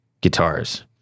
guitars